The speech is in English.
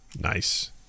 nice